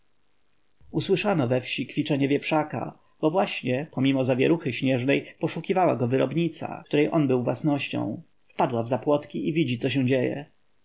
usłyszano we wsi kwiczenie wieprzaka bo właśnie pomimo zawieruchy śnieżnej poszukiwała go wyrobnica której on był własnością wpadła w zapłotki i widzi co się dzieje